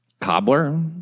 Cobbler